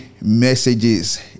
messages